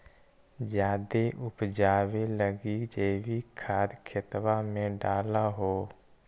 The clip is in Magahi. जायदे उपजाबे लगी जैवीक खाद खेतबा मे डाल हो?